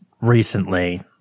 recently